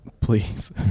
please